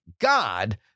God